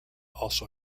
also